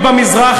בו-זמנית